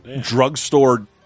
drugstore